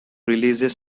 releases